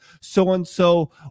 so-and-so